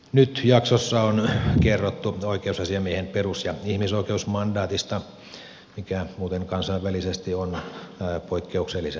nyt jaksossa on kerrottu oikeusasiamiehen perus ja ihmisoikeusmandaatista mikä muuten kansainvälisesti on poikkeuksellisen vahva